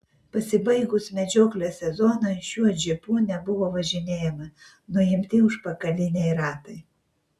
pasibaigus medžioklės sezonui šiuo džipu nebuvo važinėjama nuimti užpakaliniai ratai